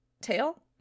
tail